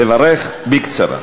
לברך בקצרה.